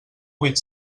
huit